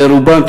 ורובם,